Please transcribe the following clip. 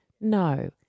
No